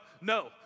no